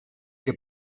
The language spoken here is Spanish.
que